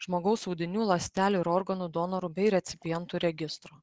žmogaus audinių ląstelių ir organų donorų bei recipientų registro